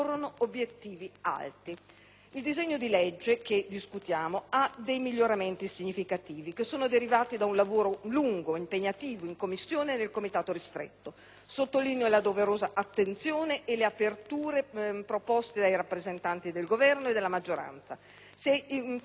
Il disegno di legge che discutiamo contiene dei miglioramenti significativi che sono derivati da un lavoro lungo ed impegnativo in Commissione e nel Comitato ristretto. Sottolineo la doverosa attenzione e le aperture proposte dai rappresentanti del Governo e della maggioranza. Si è costituito un dialogo vero